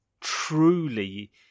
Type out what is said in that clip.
truly